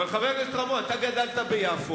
אבל, חבר הכנסת רמון, אתה גדלת ביפו.